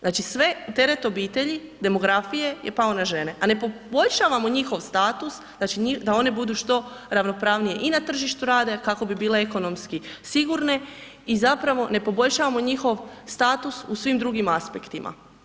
Znači sve, teret obitelji, demografije je pao na žene a ne poboljšavamo njihov status znači da one budu što ravnopravnije i na tržištu rada i kako bi bile ekonomski sigurne i zapravo ne poboljšavamo njihov status u svim drugim aspektima.